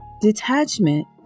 Detachment